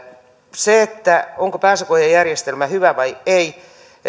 siitä onko pääsykoejärjestelmä hyvä vai ei